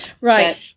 Right